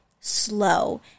slow